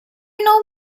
know